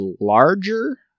larger